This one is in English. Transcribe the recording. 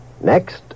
Next